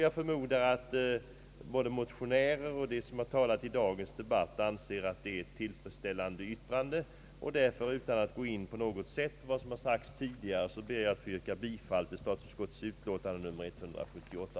Jag förmodar att både motionärerna och de som talat i dagens debatt anser utskottets yttrande = tillfredsställande, och utan att gå in på vad som sagts tidigare ber jag därför att få yrka bifall till statsutskottets utlåtande nr 178.